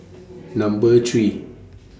Number three